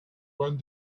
one